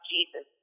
Jesus